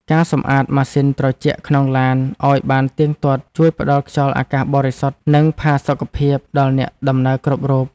ការសម្អាតម៉ាស៊ីនត្រជាក់ក្នុងឡានឱ្យបានទៀងទាត់ជួយផ្ដល់ខ្យល់អាកាសបរិសុទ្ធ និងផាសុកភាពដល់អ្នកដំណើរគ្រប់រូប។